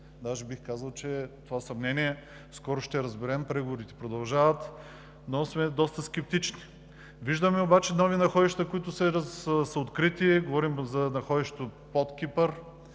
Даже бих казал, че това съмнение скоро ще го разберем, преговорите продължават, но сме доста скептични. Виждаме обаче нови находища, които са открити. Говорим за находището под Кипър,